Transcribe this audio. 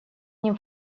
ним